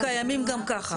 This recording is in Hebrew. הם קיימים גם ככה.